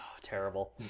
terrible